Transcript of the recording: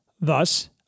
Thus